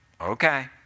okay